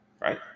right